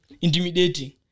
intimidating